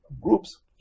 groups